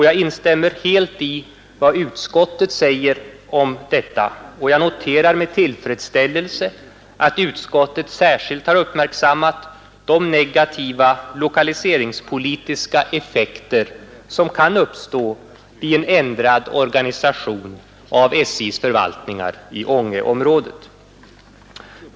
Jag instämmer helt i vad utskottet säger om detta och noterar med tillfredsställelse att utskottet särskilt har uppmärksammat de negativa lokaliseringspolitiska effekter som kan uppstå vid en ändrad organisation av SJ:s förvaltningar i Ångeområdet.